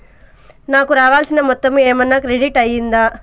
నాకు రావాల్సిన మొత్తము ఏమన్నా క్రెడిట్ అయ్యిందా